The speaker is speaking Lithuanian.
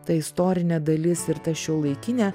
ta istorinė dalis ir ta šiuolaikinė